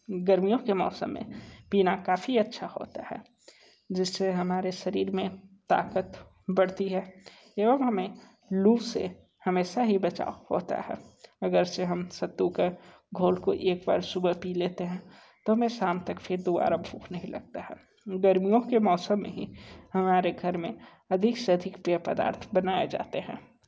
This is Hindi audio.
गर्मियों के मौसम में पीना काफी अच्छा होता है जिससे हमारे शरीर में ताकत बढ़ती है एवं हमें लू से हमेशा ही बचाव होता है अगर से हम सत्तू का घोल को एक बार सुबह पी लेते हैं तो हमें शाम तक फिर दोबारा भूख नहीं लगता है गर्मियों के मौसम में ही हमारे घर में अधिक से अधिक पेय पदार्थ बनाए जाते हैं